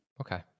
Okay